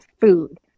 food